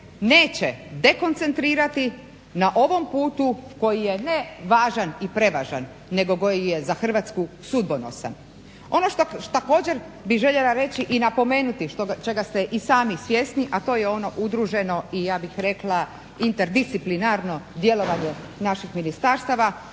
neće dekoncentrirati na ovom putu koji je ne važan i prevažan nego koji je za Hrvatsku sudbonosan. Ono što također bih željela reći i napomenuti, čega ste i sami svjesni, a to je ono udruženo i ja bih rekla interdisciplinarno djelovanje naših ministarstava